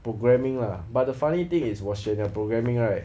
programming lah but the funny thing is 我选的 programming right